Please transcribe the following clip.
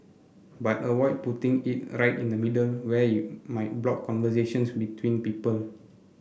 but avoid putting it right in the middle where it might block conversations between people